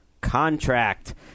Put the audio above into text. contract